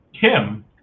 Kim